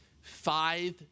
Five